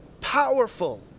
powerful